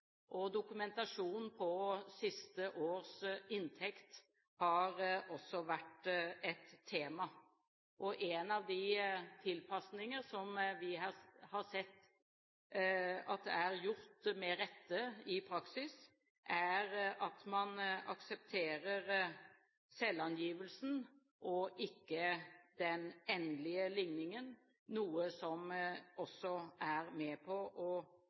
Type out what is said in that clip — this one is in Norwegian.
Dokumentasjon på siste års inntekt har også vært et tema. En av de tilpasninger som vi med rette har sett er gjort i praksis, er at man aksepterer selvangivelsen og ikke den endelige ligningen, noe som også er med på